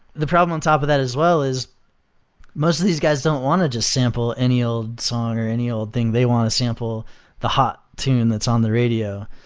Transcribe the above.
the problem on top of that as well is most of these guys don't want to just sample any old song or any old thing. they want to sample the hot tune that's on the radio.